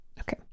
Okay